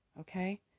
Okay